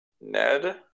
Ned